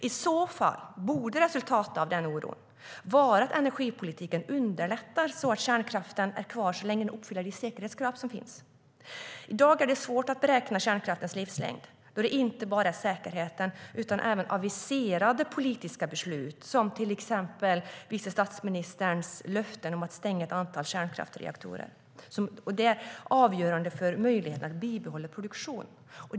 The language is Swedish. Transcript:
I så fall borde resultatet av den oron vara att energipolitiken ska underlätta för kärnkraften att vara kvar så länge den uppfyller de säkerhetskrav som finns. I dag är det svårt att beräkna kärnkraftens livslängd då det inte bara är säkerheten utan även aviserade politiska beslut, till exempel vice statsministerns löfte om att stänga ett antal kärnkraftsreaktorer, som är avgörande för möjligheten att bibehålla produktionen.